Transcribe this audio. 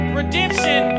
redemption